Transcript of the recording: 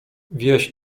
wieś